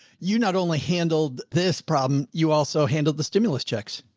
you not only handled this problem, you also handled the stimulus checks.